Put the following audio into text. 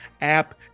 app